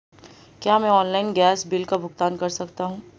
क्या मैं online gas bill का भुगतान कर सकता हूँ?